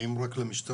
האם רק למשטרה?